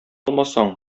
алмасаң